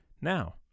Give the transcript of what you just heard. Now